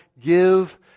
give